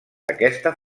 aquesta